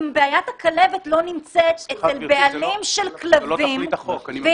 אם בעיית הכלבת לא נמצאת אצל בעלים של כלבים והיא